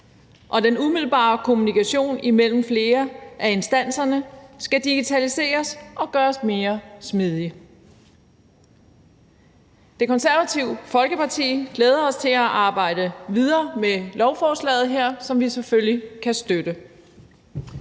Den umiddelbare kommunikation imellem flere af instanserne skal digitaliseres og gøres mere smidig. I Det Konservative Folkeparti glæder vi os til at arbejde videre med lovforslaget her, som vi selvfølgelig kan støtte.